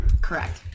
Correct